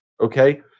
Okay